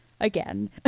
again